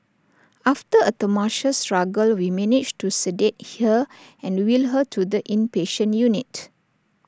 after A tumultuous struggle we managed to sedate her and wheel her to the inpatient unit